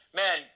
man